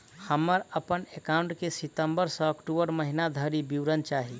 हमरा हम्मर एकाउंट केँ सितम्बर सँ अक्टूबर महीना धरि विवरण चाहि?